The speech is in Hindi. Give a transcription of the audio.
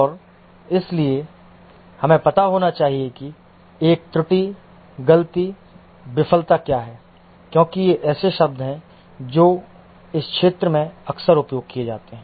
और इसलिए हमें पता होना चाहिए कि एक त्रुटि गलती विफलता क्या है क्योंकि ये ऐसे शब्द हैं जो इस क्षेत्र में अक्सर उपयोग किए जाते हैं